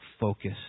focus